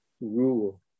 rule